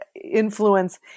influence